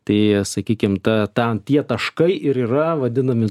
tai sakykim ta ten tie taškai ir yra vadinami